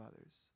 others